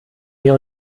mir